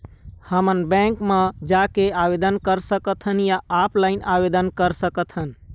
हमन बैंक मा जाके आवेदन कर सकथन या ऑनलाइन आवेदन कर सकथन?